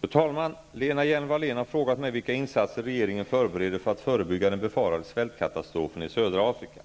Fru talman! Lena Hjelm-Wallén har frågat mig vilka insatser regeringen förbereder för att förebygga den befarade svältkatastrofen i södra Afrika.